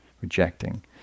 rejecting